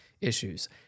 issues